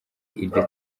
iryo